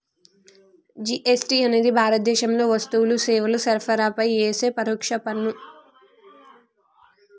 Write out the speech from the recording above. GST అనేది భారతదేశంలో వస్తువులు, సేవల సరఫరాపై యేసే పరోక్ష పన్ను